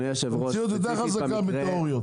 המציאות יותר חזקה מתיאוריות.